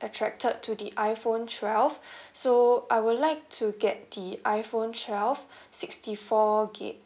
attracted to the iphone twelve so I would like to get the iphone twelve sixty four gigabyte